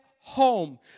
home